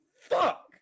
Fuck